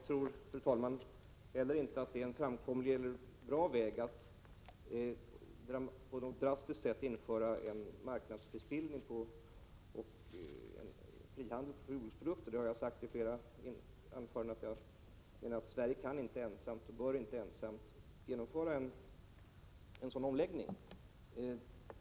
Fru talman! Inte heller jag tror att det är en framkomlig eller bra väg att på något drastiskt sätt införa marknadsprisbildning och frihandel i fråga om jordbruksprodukter. Sverige kan inte och bör inte ensamt genomföra en sådan omläggning — det har jag sagt i flera anföranden.